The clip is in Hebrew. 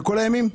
בכל הימים?